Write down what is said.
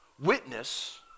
witness